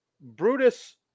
Brutus